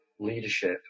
leadership